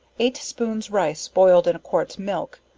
eight spoons rice boiled in a quarts milk,